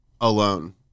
alone